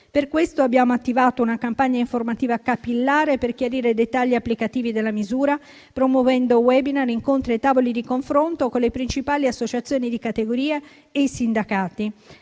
Per questo, abbiamo attivato una campagna informativa capillare per chiarire i dettagli applicativi della misura, promuovendo *webinar*, incontri e tavoli di confronto con le principali associazioni di categoria e i sindacati.